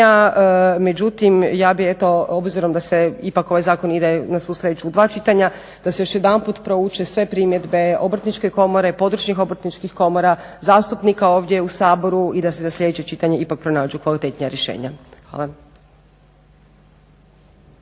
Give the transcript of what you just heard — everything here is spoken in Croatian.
međutim ja bih eto obzirom da ipak ovaj zakon ide na svu sreću u dva čitanja, da se još jedanput prouče sve primjedbe Obrtničke komore, područnih obrtničkih komora, zastupnika ovdje u Saboru i da se za sljedeće čitanje ipak pronađu kvalitetnija rješenja. Hvala.